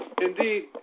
indeed